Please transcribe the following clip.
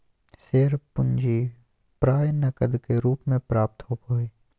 share पूंजी प्राय नकद के रूप में प्राप्त होबो हइ